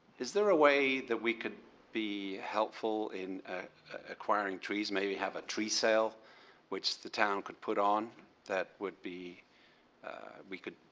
is there a way that we could be helpful in acquiring trees, maybe have a tree sale which the town could put on that would be we could